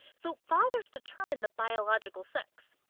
so fathers determine the biological sex.